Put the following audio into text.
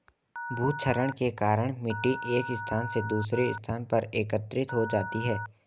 भूक्षरण के कारण मिटटी एक स्थान से दूसरे स्थान पर एकत्रित हो जाती है